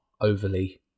overly